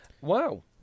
wow